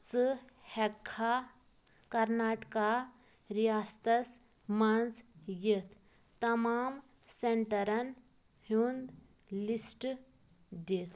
ژٕ ہیٚکہٕ کھا کرناٹکہ ریاستس منٛز یِتھ تمام سیٚنٹرن ہیٛونٛد لِسٹہٕ دِتھ